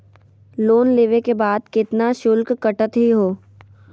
Loan लेवे के बाद केतना शुल्क कटतही हो?